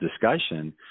discussion